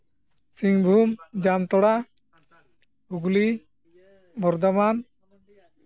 Singhbhum Jamtara Hooghly Bardhaman